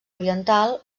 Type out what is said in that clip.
oriental